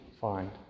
find